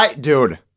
Dude